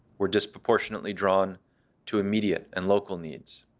we're disproportionately drawn to immediate and local needs.